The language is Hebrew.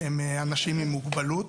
שהם אנשים עם מוגבלות.